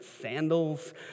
sandals